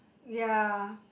ya